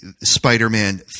Spider-Man